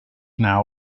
now